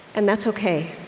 and that's ok.